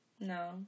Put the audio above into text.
no